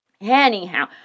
Anyhow